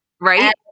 Right